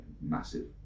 massive